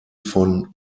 von